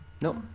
Nope